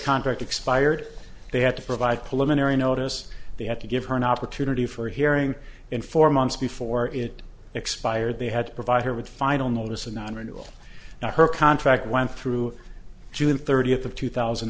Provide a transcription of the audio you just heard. contract expired they had to provide pullin area notice they had to give her an opportunity for hearing in four months before it expired they had to provide her with final notice of non renewal now her contract went through june thirtieth of two thousand